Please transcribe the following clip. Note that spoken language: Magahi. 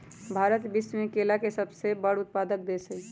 भारत विश्व में केला के सबसे बड़ उत्पादक देश हई